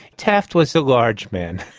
taft was a large man.